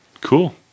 Cool